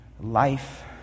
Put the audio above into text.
life